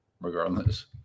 regardless